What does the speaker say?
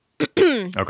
Okay